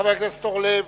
חבר הכנסת זבולון אורלב.